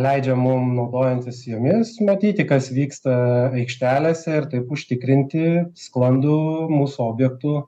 leidžia mum naudojantis jomis matyti kas vyksta aikštelėse ir taip užtikrinti sklandų mūsų objektų